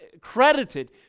credited